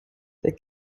the